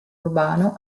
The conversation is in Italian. urbano